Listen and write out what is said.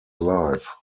life